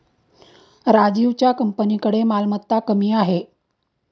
राजीवच्या कंपनीकडे मालमत्ता कमी आहे